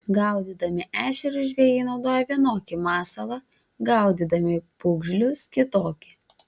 gaudydami ešerius žvejai naudoja vienokį masalą gaudydami pūgžlius kitokį